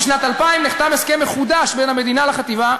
בשנת 2000 נחתם הסכם מחודש בין המדינה לחטיבה,